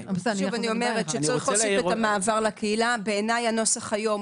באופן שוויוני על פי עיקרון התקציב הולך אחר